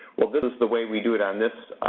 well this is the way we do it on this